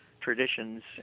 traditions